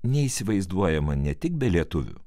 neįsivaizduojama ne tik be lietuvių